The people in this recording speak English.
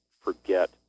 forget